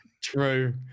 True